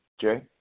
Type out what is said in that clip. Jay